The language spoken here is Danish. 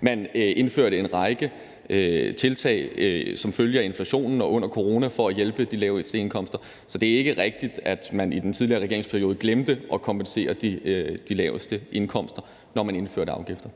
Man indførte en række tiltag som følge af inflationen og under corona for at hjælpe dem med de laveste indkomster. Så det er ikke rigtigt, at man i den tidligere regeringsperiode glemte at kompensere dem med de laveste indkomster, når man indførte afgifter.